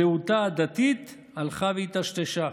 זהותה הדתית הלכה והיטשטשה.